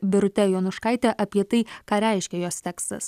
birute jonuškaite apie tai ką reiškia jos tekstas